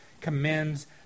commends